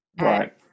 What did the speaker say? Right